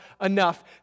enough